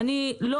אני לא